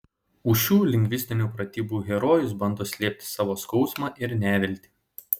už šių lingvistinių pratybų herojus bando slėpti savo skausmą ir neviltį